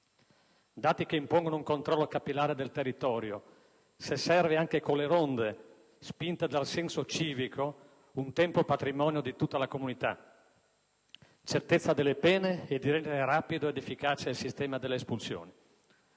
dati impongono un controllo capillare del territorio (se serve anche con le ronde, spinte dal senso civico, un tempo patrimonio di tutta la comunità), certezza delle pene e di rendere rapido ed efficace il sistema delle espulsioni.